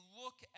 look